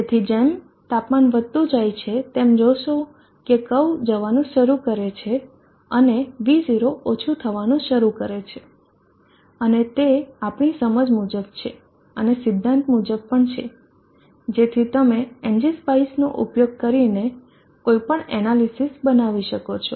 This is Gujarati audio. તેથી જેમ તાપમાન વધતું જાય છે તમે જોશો કે કર્વ જવાનું શરૂ કરે છે અને V0 ઓછું થવાનું શરૂ કરે છે અને તે આપણી સમજ મુજબ છે અને સિદ્ધાંત મુજબ પણ છે જેથી તમે એનજી સ્પાઈસનો ઉપયોગ કરીને કોઈ પણ એનાલિસિસ બનાવી શકો છો